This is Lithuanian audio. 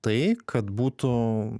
tai kad būtų